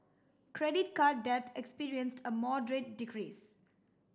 credit card debt experienced a moderate decrease